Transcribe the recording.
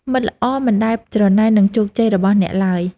មិត្តល្អមិនដែលច្រណែននឹងជោគជ័យរបស់អ្នកឡើយ។